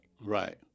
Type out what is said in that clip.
Right